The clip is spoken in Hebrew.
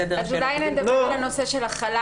לגבי הנושא של החלה